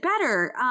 better